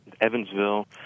Evansville